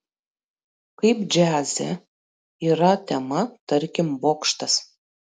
kaip džiaze yra tema tarkim bokštas